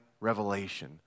revelation